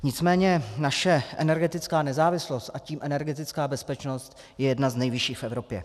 Nicméně naše energetická nezávislost, a tím energetická bezpečnost je jedna z nejvyšších v Evropě.